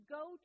go